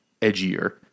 edgier